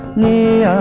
me